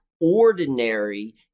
ordinary